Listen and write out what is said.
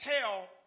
tell